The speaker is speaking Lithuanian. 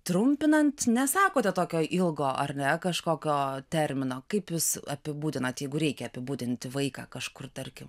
trumpinant nesakote tokio ilgo ar ne kažkokio termino kaip jūs apibūdinat jeigu reikia apibūdinti vaiką kažkur tarkim